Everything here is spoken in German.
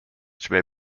schwer